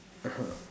(uh huh)